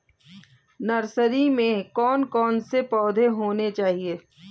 Nursery में कौन कौन से पौधे होने चाहिए?